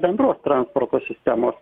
bendros transporto sistemos